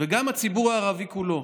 וגם הציבור הערבי כולו,